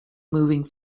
moving